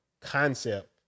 concept